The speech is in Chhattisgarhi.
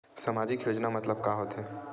सामजिक योजना मतलब का होथे?